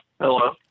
Hello